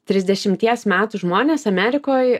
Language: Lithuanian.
trisdešimties metų žmonės amerikoj